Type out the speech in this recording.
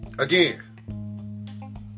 again